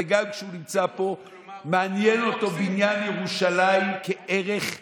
וגם כשהוא נמצא פה מעניין אותו בניין ירושלים כערך עליון דתי,